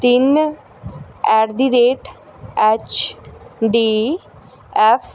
ਤਿੰਨ at the rate H D F